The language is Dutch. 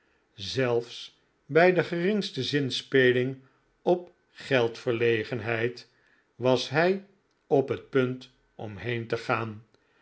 zelfs bij de geringste zinspeling op geldverlegenheid was hij op het punt om heen te gaan